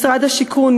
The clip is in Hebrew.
משרד השיכון,